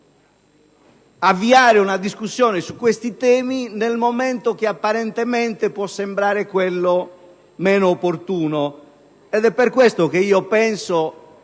avviare una discussione su questi temi nel momento che apparentemente può sembrare quello meno opportuno. Per questo, penso